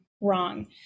wrong